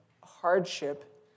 hardship